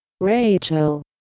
Rachel